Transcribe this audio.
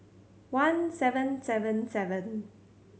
one seven seven seven